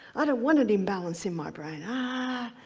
i don't want an imbalance in my brain. ah